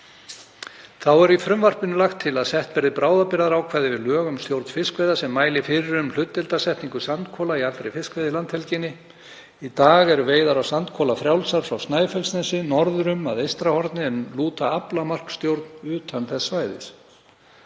til í frumvarpinu að sett verði bráðabirgðaákvæði við lög um stjórn fiskveiða sem mælir fyrir um hlutdeildarsetningu sandkola í allri fiskveiðilandhelginni. Í dag eru veiðar á sandkola frjálsar frá Snæfellsnesi norður um að Eystrahorni en lúta aflamarksstjórn utan þess svæðis.